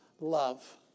love